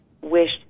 wished